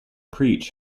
preach